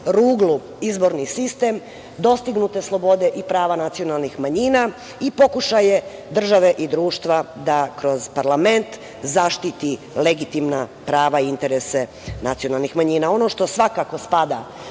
ruglu izborni sistem, dostignute slobode i prava nacionalnih manjina i pokušaje države i društva da kroz parlament zaštiti legitimna prava i interese nacionalnih manjina. Ono što svakako spada